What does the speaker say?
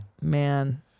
man